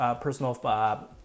personal